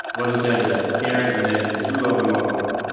what does it say under that? karen and then. true love of my life.